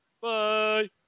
Bye